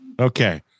Okay